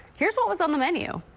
here's what was on the menu.